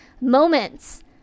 moments